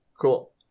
Cool